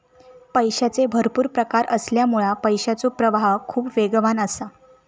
पैशाचे भरपुर प्रकार असल्यामुळा पैशाचो प्रवाह खूप वेगवान असा